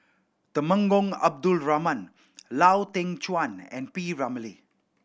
Temenggong Abdul Rahman Lau Teng Chuan and P Ramlee